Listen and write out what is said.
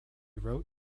wrote